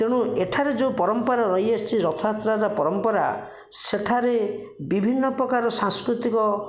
ତେଣୁ ଏଠାରେ ଯେଉଁ ପରମ୍ପରା ରହିଆସିଛି ରଥଯାତ୍ରାଟା ପରମ୍ପରା ସେଠାରେ ବିଭିନ୍ନ ପ୍ରକାର ସାଂସ୍କୃତିକ